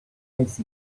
face